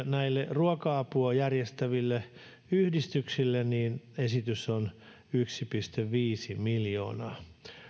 näille ruoka apua järjestäville yhdistyksille esitys on yksi pilkku viisi miljoonaa